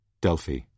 Delphi